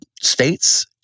states